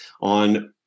on